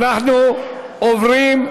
אנחנו עוברים,